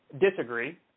disagree